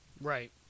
Right